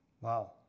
Wow